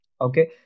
Okay